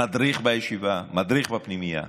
מדריך בישיבה, מדריך בפנימייה.